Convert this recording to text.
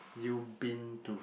you been to